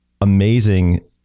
amazing